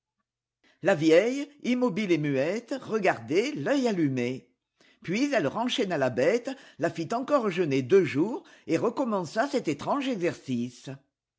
la vieille immobile et muette regardait l'œil allumé puis elle renchaîna sa bête la fit encore jeûner deux jours et recommença cet étrange exercice